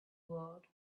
world